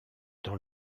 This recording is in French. dans